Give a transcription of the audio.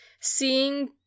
seeing